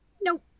Nope